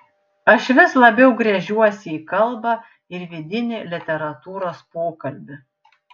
aš vis labiau gręžiuosi į kalbą ir vidinį literatūros pokalbį